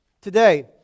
Today